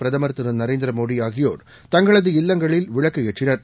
பிரதமர் திருநரேந்திரமோடிஆகியோர் தங்களது இல்லங்களில் விளக்குஏற்றினார்